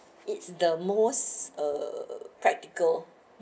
it's the most uh practical